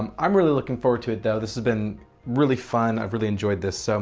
um i'm really looking forward to it though. this has been really fun i've really enjoyed this. so